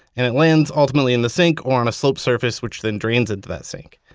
and it lands ultimately in the sink or on a sloped surface, which then drains into that sink.